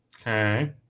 Okay